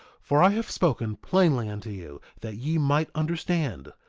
for i have spoken plainly unto you that ye might understand,